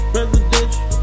residential